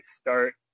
start